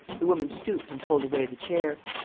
the woman stooped and pulled away the chair.